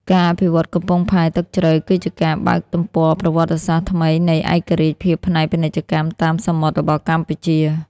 ការអភិវឌ្ឍកំពង់ផែទឹកជ្រៅ គឺជាការបើកទំព័រប្រវត្តិសាស្ត្រថ្មីនៃឯករាជ្យភាពផ្នែកពាណិជ្ជកម្មតាមសមុទ្ររបស់កម្ពុជា។